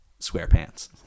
SquarePants